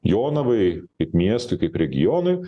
jonavai kaip miestui kaip regionui